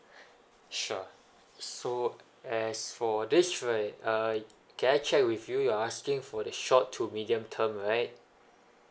sure so as for this right uh can I check with you you're asking for the short to medium term right